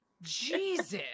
jesus